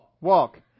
walk